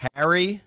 Harry